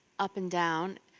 up and down.